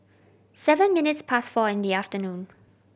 seven minutes past four in the afternoon